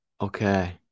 Okay